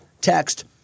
text